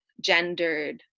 gendered